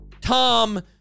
Tom